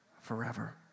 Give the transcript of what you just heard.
forever